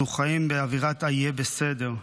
אנחנו חיים באווירת ה"יהיה בסדר".